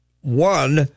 one